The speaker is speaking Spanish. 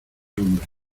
hombre